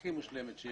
הכי מושלמת.